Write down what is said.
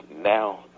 now